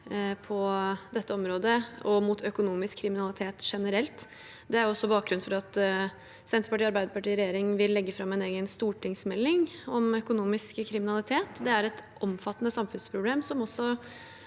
på dette området og mot økonomisk kriminalitet generelt. Det er også bakgrunnen for at Senterpartiet og Arbeiderpartiet i regjering vil legge fram en egen stortingsmelding om økonomisk kriminalitet. Det er et omfattende samfunnsproblem, som også